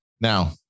Now